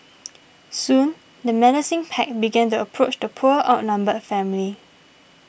soon the menacing pack began the approach the poor outnumbered family